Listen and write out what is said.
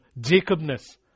Jacobness